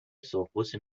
سرخپوست